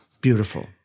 Beautiful